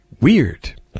weird